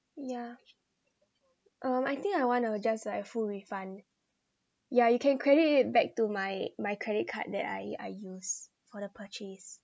yeah um I think I want the just like a full refund yeah you can credit it back to my my credit card that I I used for the purchase